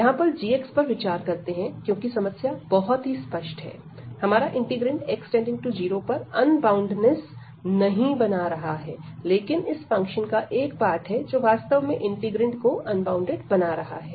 यहां पर g पर विचार करते हैं क्योंकि समस्या बहुत ही स्पष्ट है हमारा इंटीग्रैंड x→0 पर अनबॉउंडनिस नहीं बना रहा है लेकिन इस फंक्शन का एक पार्ट है जो वास्तव में इंटीग्रैंड को अनबॉउंडेड बना रहा है